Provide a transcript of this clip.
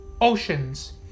oceans